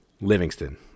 Livingston